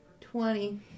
twenty